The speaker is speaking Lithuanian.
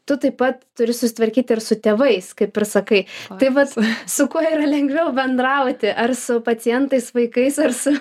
tu taip pat turi susitvarkyti ir su tėvais kaip ir sakai tai vat su kuo yra lengviau bendrauti ar su pacientais vaikais ar su